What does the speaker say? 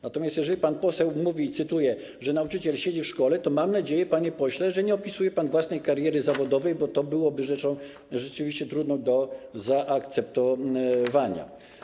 Natomiast jeżeli pan poseł mówi, cytuję, że nauczyciel siedzi w szkole, to mam nadzieję, panie pośle, że nie opisuje pan własnej kariery zawodowej, bo to byłoby rzeczą rzeczywiście trudną do zaakceptowania.